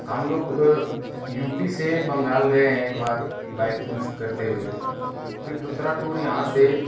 हम लोग U P से बंगाल गए हैं एक बार बाइकिंग्स करते हुए फिर दूसरा टूर यहाँ से